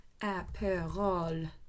Aperol